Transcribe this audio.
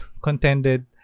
contended